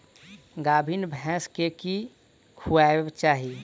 गाभीन भैंस केँ की खुएबाक चाहि?